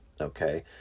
Okay